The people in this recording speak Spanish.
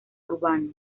urbano